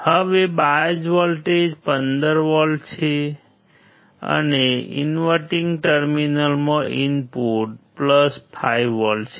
હવે bias voltage 15 છે અને ઇનવર્ટીંગ ટર્મિનલમાં ઇનપુટ 5V છે